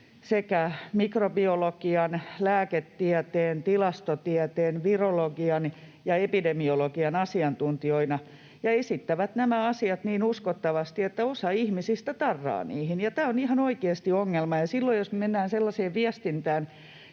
mikrobiologian, lääketieteen, tilastotieteen, virologian ja epidemiologian asiantuntijoina ja esittävät nämä asiat niin uskottavasti, että osa ihmisistä tarraa niihin, ja tämä on ihan oikeasti ongelma. Silloin jos me mennään